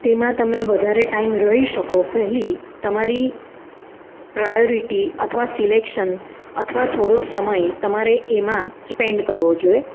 તેમાં તમે વધારે ટાઈમ રહી શકો પહેલી તમારી પ્રાયોરિટી અથવા સિલેક્સન અથવા થોડો સમય તમારે એમાં સ્પેન્ડ કરવો જોઈએ